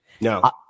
No